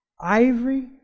ivory